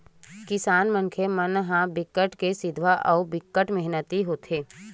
किसान मनखे मन ह बिकट के सिधवा अउ बिकट मेहनती होथे